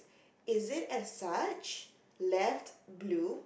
is it as such left blue